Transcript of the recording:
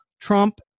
Trump